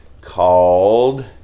called